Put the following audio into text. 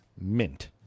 mint